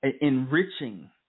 enriching